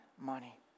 money